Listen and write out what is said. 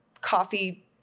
coffee